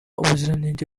ubuziranenge